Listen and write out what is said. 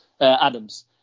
Adams